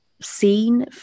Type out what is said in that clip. seen